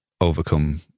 overcome